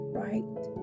right